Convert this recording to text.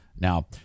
Now